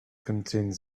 contained